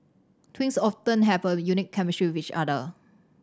twins often have a unique chemistry with each other